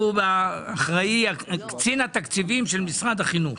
הוא קצין התקציבים של משרד החינוך.